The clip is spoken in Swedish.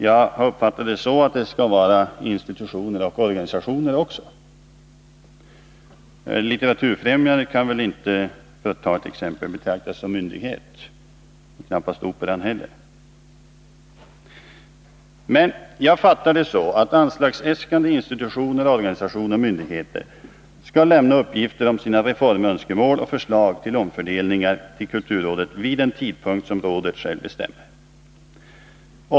Jag har uppfattat det så att det skall vara institutioner och organisationer. Litteraturfrämjandet kan väl inte, för att ta ett exempel, betraktas som myndighet och knappast Operan heller. Men jag fattar det så att anslagsäskande institutioner och organisationer och myndigheter skall lämna uppgifter om sina reformönskemål och förslag till omfördelningar till kulturrådet vid en tidpunkt som rådet självt bestämmer.